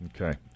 Okay